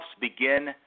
begin